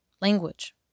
language